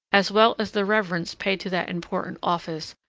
as well as the reverence paid to that important office,